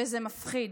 וזה מפחיד.